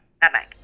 Bye-bye